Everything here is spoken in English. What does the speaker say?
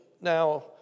Now